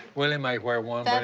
willie might wear one.